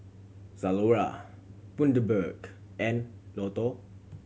Zalora Bundaberg and Lotto